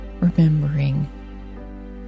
remembering